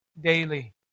daily